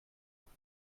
kann